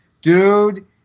dude